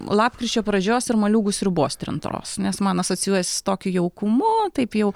lapkričio pradžios ir moliūgų sriubos trintos nes man asocijuojasi su tokiu jaukumu taip jau